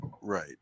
Right